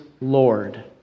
Lord